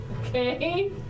Okay